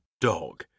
dog